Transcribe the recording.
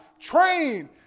train